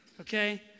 okay